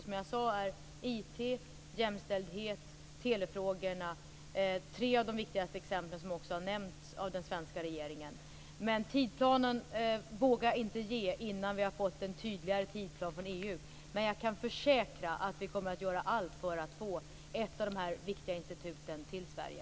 Som jag sade är IT, jämställdhet, telefrågor tre av de viktigaste exemplen som också nämnts av den svenska regeringen. Tidsplanen vågar jag inte ge innan vi har fått en tydligare tidsplan från EU. Men jag kan försäkra att vi kommer att göra allt för att få ett av dessa viktiga institut till Sverige.